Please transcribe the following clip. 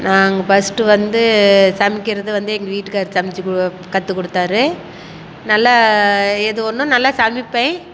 நாங்கள் ஃபஸ்ட்டு வந்து சமைக்கிறது வந்து எங்கள் வீட்டுக்காரரு சமைச்சி கு கற்றுக் கொடுத்தாரு நல்லா எது ஒன்று நல்லா சமைப்பேன்